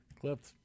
Clipped